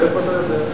מאיפה אתה יודע?